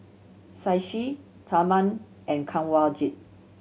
Shashi Tharman and Kanwaljit